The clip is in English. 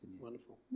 Wonderful